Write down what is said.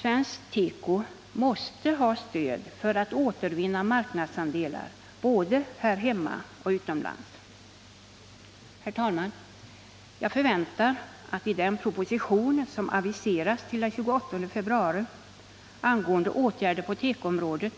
Svensk teko måste ha stöd för att återvinna marknadsandelar både här hemma och utomlands. Herr talman! Jag förväntar att den proposition som aviserats till den 28 februari angående åtgärder på tekoområdet